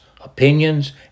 opinions